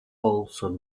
also